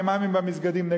האימאמים במסגדים,